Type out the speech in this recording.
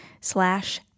slash